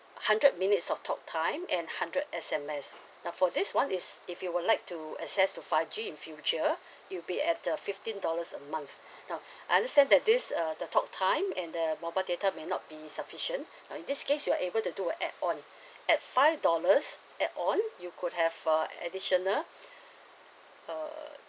hundred minutes of talk time and hundred S_M_S now for this one is if you would like to access to five G in future you pay at the fifteen dollars a month now I understand that this uh the talk time and the mobile data may not be sufficient now in this case you are able to do a add on at five dollars add on you could have a additional err